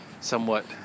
somewhat